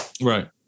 Right